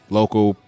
local